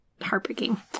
heartbreaking